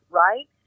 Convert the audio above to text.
right